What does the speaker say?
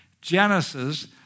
Genesis